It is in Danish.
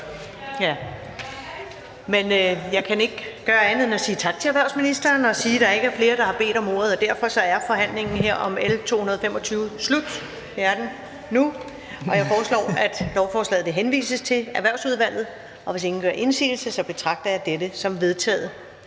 men jeg kan ikke gøre andet end at sige tak til erhversministeren og sige, at der ikke er flere, der har bedt om ordet, og derfor er forhandlingen her om L 225 slut; det er den nu. Jeg foreslår, at lovforslaget henvises til Erhvervsudvalget. Hvis ingen gør indsigelse, betragter jeg dette som vedtaget.